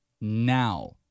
now